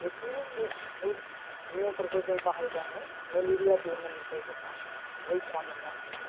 बेफोरो नियमफोरखौ जों बाहायबानो मेलेरिया बेमारनिफ्राय जोंहा रैखा मोन्नो हायो